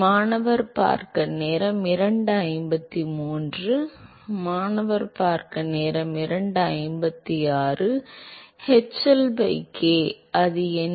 மாணவர் மாணவர் hL by k அது என்ன